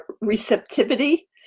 receptivity